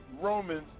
Romans